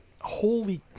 holy